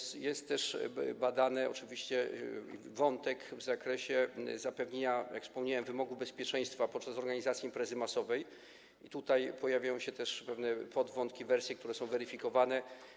Oczywiście jest też badany wątek w zakresie zapewnienia, jak wspomniałem, wymogu bezpieczeństwa podczas organizacji imprezy masowej, i tutaj pojawiają się też pewne podwątki, wersje, które są weryfikowane.